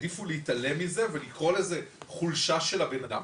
העדיפו להתעלם מזה ולקרוא לזה חולשה של הבן אדם.